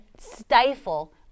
stifle